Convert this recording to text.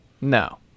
No